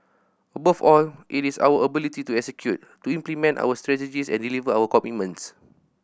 above all it is our ability to execute to implement our strategies and deliver our commitments